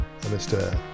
Mr